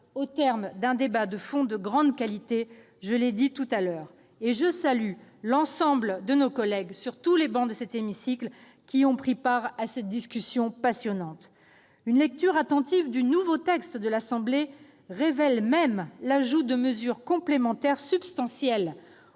au terme d'un débat de fond de grande qualité. Je salue l'ensemble de nos collègues qui, sur toutes les travées de cet hémicycle, ont pris part à cette discussion passionnante. Une lecture attentive du nouveau texte de l'Assemblée nationale révèle même l'ajout de mesures complémentaires substantielles.